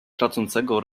tracącego